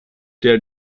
der